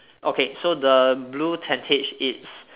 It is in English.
okay so the blue tentage it's